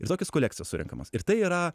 visokios kolekcijos surenkamos ir tai yra